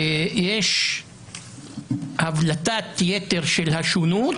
ויש הבלטת יתר של השונות,